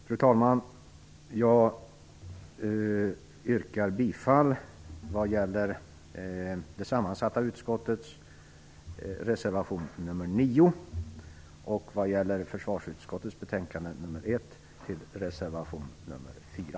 Fru talman! Jag yrkar vad gäller det sammansatta utskottets betänkande bifall till reservation nr 9